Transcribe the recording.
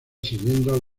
siguiendo